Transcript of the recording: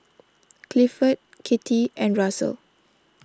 Clifford Kittie and Russell